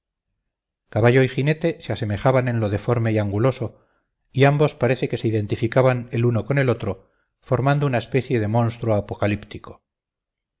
caballo y jinete se asemejaban en lo deforme y anguloso y ambos parece que se identificaban el uno con el otro formando una especie de monstruo apocalíptico